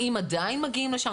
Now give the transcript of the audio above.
האם עדיין מגיעים לשם?